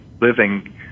living